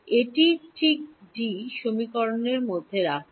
এটি ঠিক ডি সমীকরণের মধ্যে রাখুন